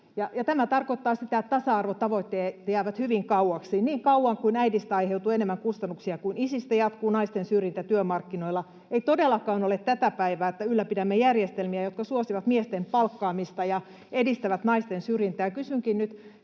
Tämä tarkoittaa sitä, että tasa-arvotavoitteet jäävät hyvin kauaksi. Niin kauan kuin äidistä aiheutuu enemmän kustannuksia kuin isistä, jatkuu naisten syrjintä työmarkkinoilla. Ei todellakaan ole tätä päivää, että ylläpidämme järjestelmiä, jotka suosivat miesten palkkaamista ja edistävät naisten syrjintää.